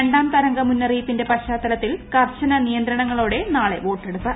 രണ്ടാം തരംഗ മുന്നറിയിപ്പിന്റെ പശ്ചാത്തലത്തിൽ കർശന നിയന്ത്രണങ്ങളോടെ നാളെ വോട്ടെടുപ്പ്